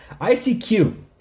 ICQ